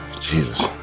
Jesus